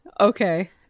Okay